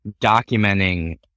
documenting